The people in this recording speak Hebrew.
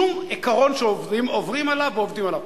שום עיקרון שעוברים עליו ועובדים עליו.